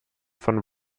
von